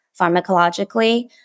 pharmacologically